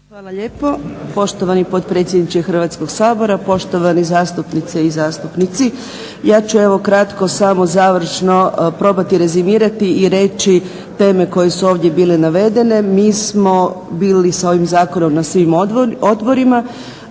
vam lijepo poštovani potpredsjedniče Hrvatskog sabora, poštovani zastupnice i zastupnici. Ja ću evo kratko samo završno probati rezimirati i reći teme koje su ovdje bile navedene. Mi smo bili sa ovim zakonom na svim odborima,